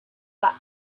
that